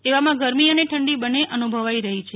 એવામાં ગરમી અને ઠંડી બંને અનુ ભવાઈ રહી છે